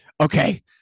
okay